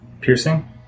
Piercing